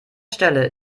stelle